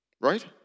Right